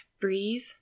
breathe